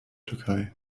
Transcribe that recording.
türkei